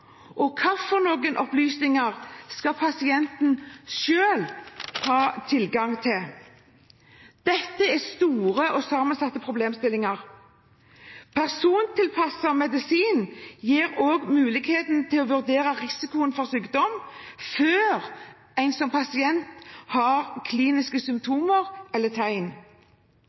og hvilke opplysninger skal pasienten selv ha tilgang til? Dette er store og sammensatte problemstillinger. Persontilpasset medisin gir også mulighet til å vurdere risikoen for sykdom før man som pasient har kliniske